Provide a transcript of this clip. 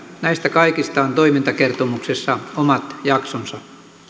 näistä kaikista on toimintakertomuksessa omat jaksonsa